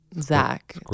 Zach